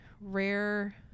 rare